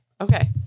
Okay